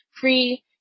free